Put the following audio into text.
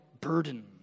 burden